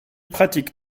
pratique